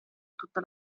tutte